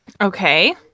Okay